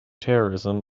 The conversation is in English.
terrorism